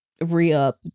re-up